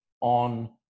on